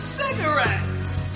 cigarettes